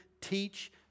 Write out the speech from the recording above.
teach